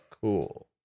Cool